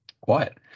quiet